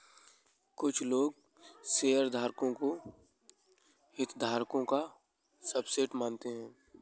कुछ लोग शेयरधारकों को हितधारकों का सबसेट मानते हैं